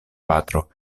patro